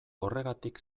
horregatik